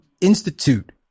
institute